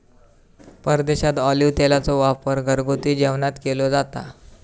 परदेशात ऑलिव्ह तेलाचो वापर घरगुती जेवणात केलो जाता